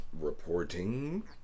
reporting